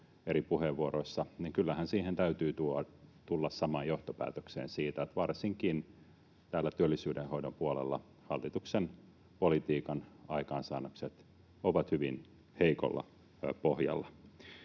eri puheenvuoroissa, niin kyllähän siihen samaan johtopäätökseen täytyy tulla siitä, että varsinkin täällä työllisyyden hoidon puolella hallituksen politiikan aikaansaannokset ovat hyvin heikolla pohjalla.